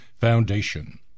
Foundation